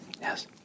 Yes